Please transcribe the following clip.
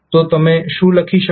તો તમે શું લખી શકો